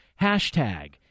Hashtag